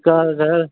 का घर